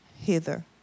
hither